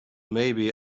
maybe